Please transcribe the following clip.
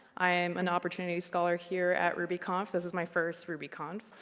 i am an opportunity scholar here at rubyconf. this is my first rubyconf.